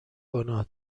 گناه